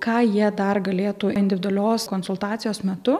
ką jie dar galėtų individualios konsultacijos metu